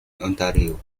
ontario